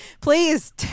please